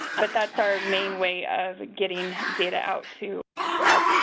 but that is our main way of getting data out to to our